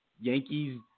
Yankees